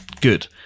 Good